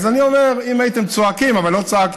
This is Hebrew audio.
אז אני אומר, אם הייתם צועקים, אבל לא צעקתם,